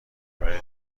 برای